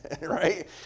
Right